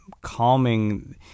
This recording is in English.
calming